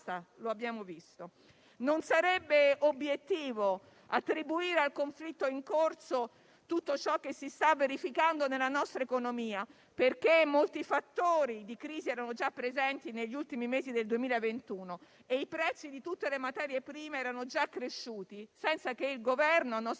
Non sarebbe obiettivo attribuire al conflitto in corso tutto ciò che si sta verificando nella nostra economia, perché molti fattori di crisi erano già presenti negli ultimi mesi del 2021 e i prezzi di tutte le materie prima erano già cresciuti senza che il Governo - a nostro